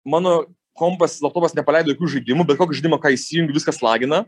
mano kompas laptopas nepaleido jokių žaidimų bet kokį žaidimą ką įsijungi viskas lagina